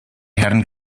herrn